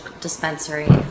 dispensary